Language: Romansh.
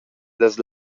las